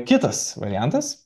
kitas variantas